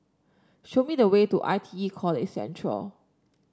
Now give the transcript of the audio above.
show me the way to I T E College Central